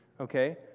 okay